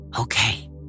okay